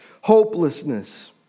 hopelessness